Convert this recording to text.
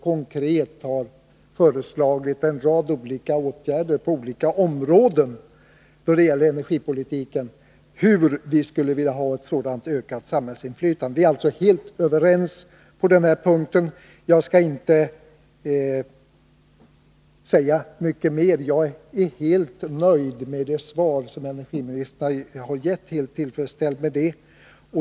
Vi har föreslagit en rad konkreta åtgärder på olika områden då det gäller energipolitiken och angett hur vi skulle vilja ha ett sådant ökat samhällsinflytande. Vi är alltså helt överens på denna punkt. Jag skall inte säga mycket mer. Jag är helt nöjd med det svar som energiministern har gett.